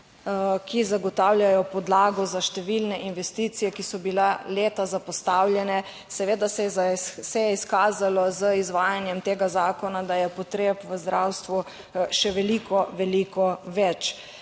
ki zagotavljajo podlago za številne investicije, ki so bila leta zapostavljene, seveda se je izkazalo z izvajanjem tega zakona, da je potreb v zdravstvu še veliko, veliko več,